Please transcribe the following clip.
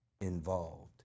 involved